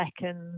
seconds